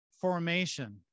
formation